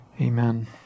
Amen